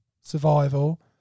survival